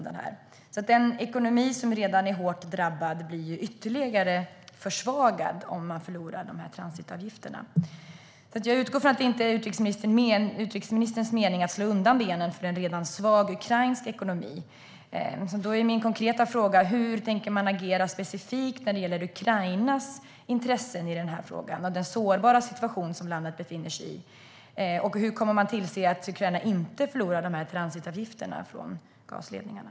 Den ekonomi som redan är hårt drabbad blir då ytterligare försvagad om man förlorar de transitavgifterna. Jag utgår från att det inte är utrikesministerns mening att slå undan benen för den redan svaga ukrainska ekonomin. Då är min konkreta fråga: Hur tänker man agera specifikt när det gäller Ukrainas intressen i frågan, och den sårbara situation som landet befinner sig i? Hur kommer man att tillse att Ukraina inte förlorar transitavgifterna från gasledningarna?